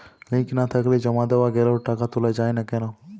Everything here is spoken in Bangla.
লিঙ্ক না থাকলে জমা দেওয়া গেলেও টাকা তোলা য়ায় না কেন?